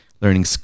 learning